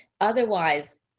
otherwise